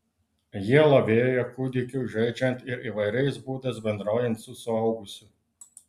jie lavėja kūdikiui žaidžiant ir įvairiais būdais bendraujant su suaugusiu